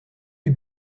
les